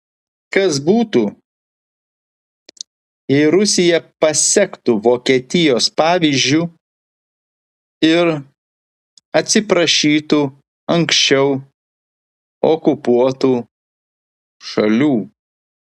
kas būtų jei rusija pasektų vokietijos pavyzdžiu ir atsiprašytų anksčiau okupuotų šalių